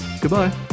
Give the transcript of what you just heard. Goodbye